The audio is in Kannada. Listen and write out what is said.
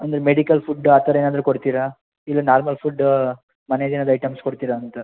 ಅಂದರೆ ಮೆಡಿಕಲ್ ಫುಡ್ಡು ಆ ಥರ ಏನಾದರು ಕೊಡ್ತೀರಾ ಇಲ್ಲ ನಾರ್ಮಲ್ ಫುಡ್ಡು ಮನೇದು ಏನಾದರು ಐಟೆಮ್ಸ ಕೊಡ್ತೀರಾ ಅಂತ